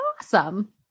awesome